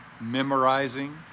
memorizing